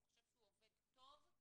הוא חושב שהוא עובד טוב,